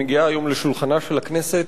שמגיעה היום לשולחנה של הכנסת,